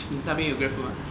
你那边有 Grab food mah